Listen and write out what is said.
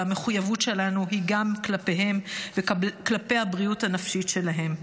והמחויבות שלנו היא גם כלפיהם וכלפי הבריאות הנפשית שלהם.